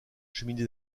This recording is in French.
cheminée